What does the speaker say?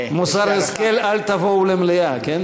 מוסר השכל, אל תבואו למליאה, כן?